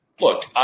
look